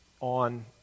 on